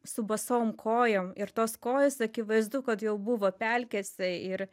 su basom kojom ir tos kojos akivaizdu kad jau buvo pelkėse ir